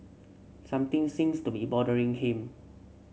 something seems to be bothering him